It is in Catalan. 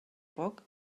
poc